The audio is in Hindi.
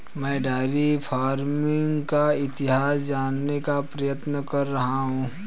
मैं डेयरी फार्मिंग का इतिहास जानने का प्रयत्न कर रहा हूं